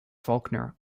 faulkner